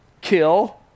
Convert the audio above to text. kill